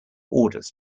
orders